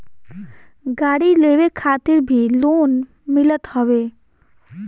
गाड़ी लेवे खातिर भी लोन मिलत हवे